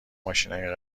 ماشینای